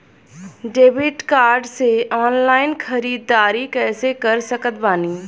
Debit card से online ख़रीदारी कैसे कर सकत बानी?